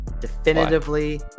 Definitively